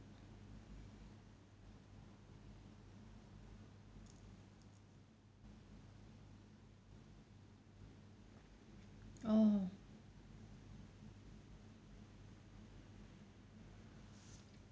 oh